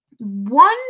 One